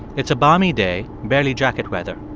it's a balmy day, barely jacket weather.